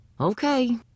Okay